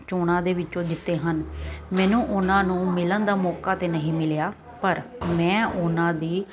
ਚੋਣਾਂ ਦੇ ਵਿੱਚੋਂ ਜਿੱਤੇ ਹਨ ਮੈਨੂੰ ਉਹਨਾਂ ਨੂੰ ਮਿਲਣ ਦਾ ਮੌਕਾ ਤਾਂ ਨਹੀਂ ਮਿਲਿਆ ਪਰ ਮੈਂ ਉਹਨਾਂ ਦੀ